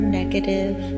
negative